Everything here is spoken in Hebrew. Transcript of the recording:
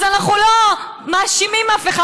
אז אנחנו לא מאשימים אף אחד.